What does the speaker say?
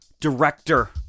director